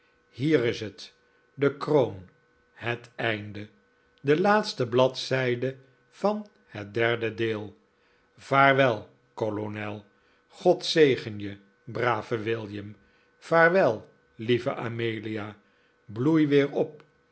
hier is het de kroon het einde de laatste bladzijde van het derde deel vaarwel kolonel god zegen je brave william vaarwel lieve amelia bloei weer op